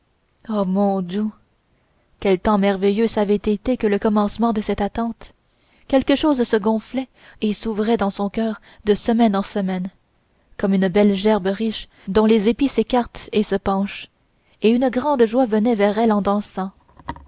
oh mon dou quel temps merveilleux ç'avait été que le commencement de cette attente quelque chose se gonflait et s'ouvrait dans son coeur de semaine en semaine comme une belle gerbe riche dont les épis s'écartent et se penchent et une grande joie venait vers elle en dansant